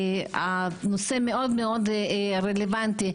הנושא מאוד מאוד רלוונטי,